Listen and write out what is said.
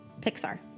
Pixar